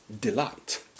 delight